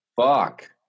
fuck